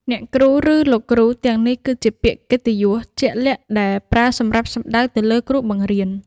អ្នកគ្រូ ឬ លោកគ្រូ ទាំងនេះគឺជាពាក្យកិត្តិយសជាក់លាក់ដែលប្រើសម្រាប់សំដៅទៅលើគ្រូបង្រៀន។